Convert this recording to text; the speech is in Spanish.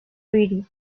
pretty